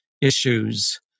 issues